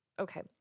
okay